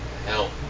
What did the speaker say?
help